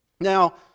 Now